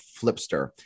Flipster